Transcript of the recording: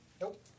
Nope